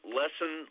lesson